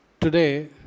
Today